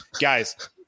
Guys